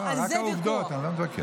רק העובדות, אני לא מתווכח.